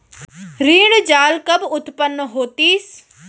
ऋण जाल कब उत्पन्न होतिस?